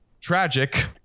Tragic